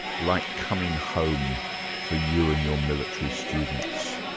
like coming home for you and your military students?